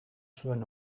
zuen